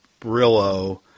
Brillo